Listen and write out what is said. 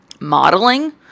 modeling